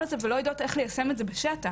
הזה ולא יודעות איך ליישם את זה בשטח.